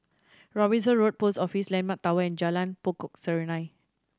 Robinson Road Post Office Landmark Tower and Jalan Pokok Serunai